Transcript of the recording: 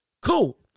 Cool